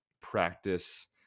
practice